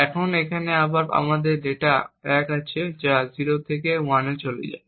এখন এখানে আবার আমাদের কাছে ডেটা 1 আছে যা 0 থেকে 1 এ চলে যায়